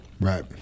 Right